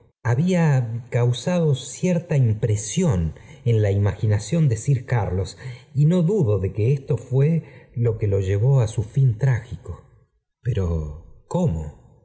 causado cierta k impresión en la imaginación de sir carlos y no dudo de que esto fué lo que lo llevó á eu fin trágico pero cómo